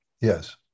Yes